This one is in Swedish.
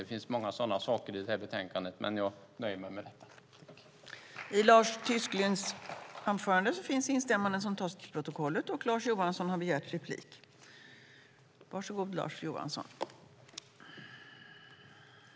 Det finns många sådana saker i det här betänkandet, men jag nöjer mig med detta.